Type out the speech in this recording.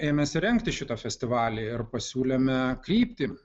ėmėsi rengti šitą festivalį ir pasiūlėme kryptį